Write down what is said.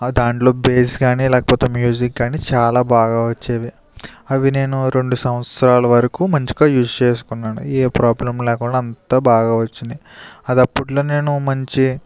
ఆ దాంట్లో బెస్ కానీ లేకపోతే మ్యూజిక్ కానీ చాలా బాగా వచ్చేది అవి నేను రెండు సంవత్సరాల వరకు మంచిగా యూస్ చేసుకున్నాను ఏ ప్రాబ్లం లేకుండా అంతా బాగా వచ్చింది అది అప్పుట్లో నేను మంచి